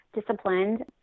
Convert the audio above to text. disciplined